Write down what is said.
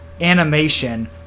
animation